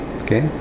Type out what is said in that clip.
okay